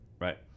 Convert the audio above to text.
right